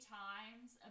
times